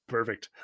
Perfect